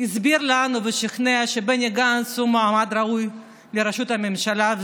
הסביר לנו ושכנע שבני גנץ הוא מועמד ראוי לראשות הממשלה,